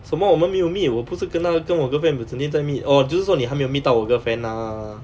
什么我们没有 meet 我不是跟她跟我 girlfriend 整天在 meet orh 就是说你还没有 meet 到我 girlfriend lah